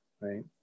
right